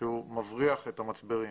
כשהוא מבריח את המצברים.